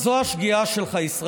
העם הולך, כמו שאתה צרחת.